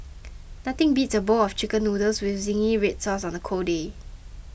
nothing beats a bowl of Chicken Noodles with Zingy Red Sauce on a cold day